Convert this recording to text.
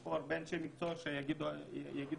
ויעידו על כך הרבה אנשי מקצוע שנמצאים פה.